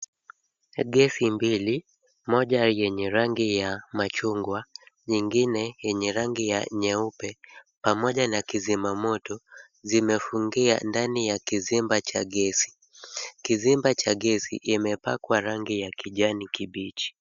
Gesi mbili, moja yenye rangi ya machungwa nyingine yenye rangi ya nyeupe pamoja na kizima moto, zimefungia ndani ya kizimba cha gesi. Kizimba che gesi imepakwa rangi ya kijani kibichi.